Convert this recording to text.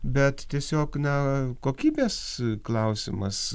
bet tiesiog na kokybės klausimas